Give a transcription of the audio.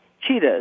cheetahs